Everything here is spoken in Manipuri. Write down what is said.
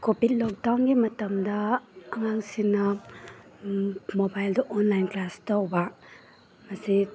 ꯀꯣꯚꯤꯗ ꯂꯣꯛꯗꯥꯎꯟꯒꯤ ꯃꯇꯝꯗ ꯑꯉꯥꯡꯁꯤꯡꯅ ꯃꯣꯕꯥꯏꯜꯗ ꯑꯣꯟꯂꯥꯏꯟ ꯀ꯭ꯂꯥꯁ ꯇꯧꯕ ꯃꯁꯤ